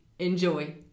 Enjoy